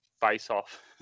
face-off